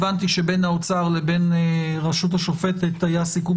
הבנתי שבין האוצר לרשות השופטת היה סיכום